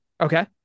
Okay